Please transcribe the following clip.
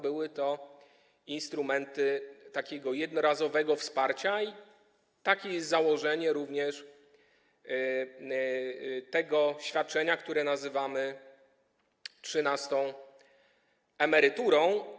Były to instrumenty takiego jednorazowego wsparcia i takie jest założenie również tego świadczenia, które nazywamy trzynastą emeryturą.